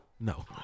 No